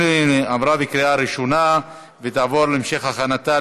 עברה בקריאה ראשונה, ותעבור להמשך הכנתה